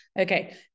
Okay